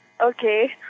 Okay